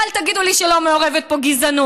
אל תגידו לי שלא מעורבת פה גזענות.